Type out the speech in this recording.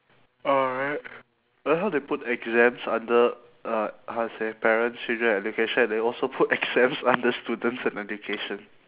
alright I like how they put exams under uh how to say parents children education they also put exams under students and education